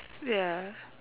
ya